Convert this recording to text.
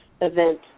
event